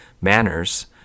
manners